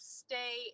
stay